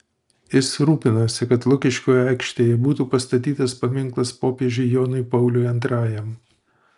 jis rūpinosi kad lukiškių aikštėje būtų pastatytas paminklas popiežiui jonui pauliui antrajam